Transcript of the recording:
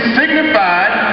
signified